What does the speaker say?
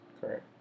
Correct